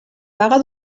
vaga